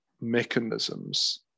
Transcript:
mechanisms